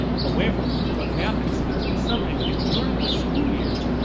however what happens in the summer. and and during the school year,